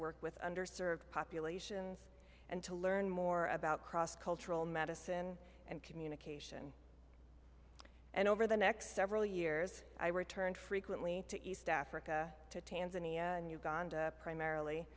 work with under served population and to learn more about cross cultural medicine and communication and over the next several years i returned frequently to east africa to tanzania and uganda primarily